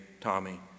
Tommy